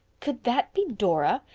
could that be dora.